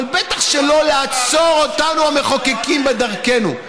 אבל בטח שלא לעצור אותנו, המחוקקים, בדרכנו.